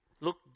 Look